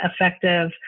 effective